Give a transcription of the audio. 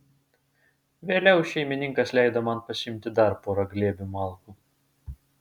vėliau šeimininkas leido man pasiimti dar porą glėbių malkų